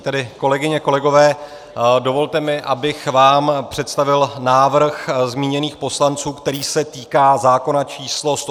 Tedy kolegyně, kolegové, dovolte mi, abych vám představil návrh zmíněných poslanců, který se týká zákona č. 183/2006 Sb.